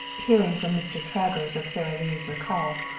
hearing from mr. travers of sara lee's recall,